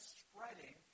spreading